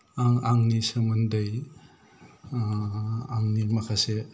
आं आंनि सोमोन्दै आंनि माखासे